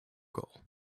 goal